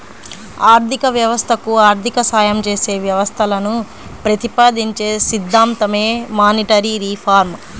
ఆర్థిక వ్యవస్థకు ఆర్థిక సాయం చేసే వ్యవస్థలను ప్రతిపాదించే సిద్ధాంతమే మానిటరీ రిఫార్మ్